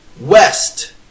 West